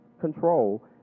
control